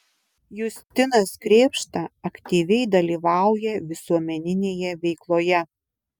justinas krėpšta aktyviai dalyvauja visuomeninėje veikloje